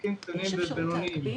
עסקים קטנים ובינוניים.